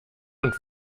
und